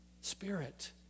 spirit